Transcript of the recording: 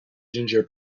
ginger